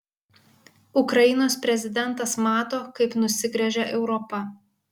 ukrainos prezidentas mato kaip nusigręžia europa